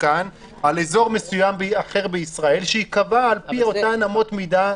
כאן על אזור מסוים אחר בישראל שייקבע לפי אותן אמות מידה.